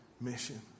mission